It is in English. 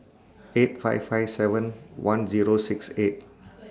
eight five five seven one Zero six eight